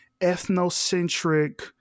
ethnocentric